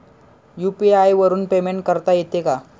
UPI वरून payment करता येते का?